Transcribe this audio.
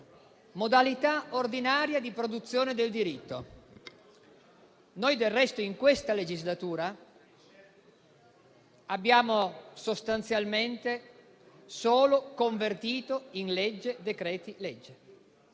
modalità ordinaria di produzione del diritto. Noi, del resto, in questa legislatura abbiamo sostanzialmente solo convertito in legge decreti-legge.